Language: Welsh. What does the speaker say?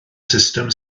sustem